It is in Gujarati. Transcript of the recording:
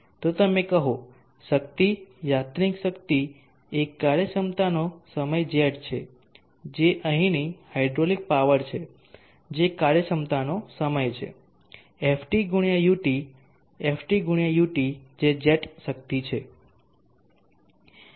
તો તમે કહો શક્તિ યાંત્રિક શક્તિ એ કાર્યક્ષમતાનો સમય જેટ છે જે અહીંની હાઇડ્રોલિક પાવર છે જે કાર્યક્ષમતાનો સમય છે Ft x ut Ft x ut જે જેટ શક્તિ છે